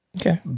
Okay